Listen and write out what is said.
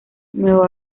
nueva